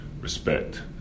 respect